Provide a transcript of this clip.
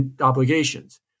obligations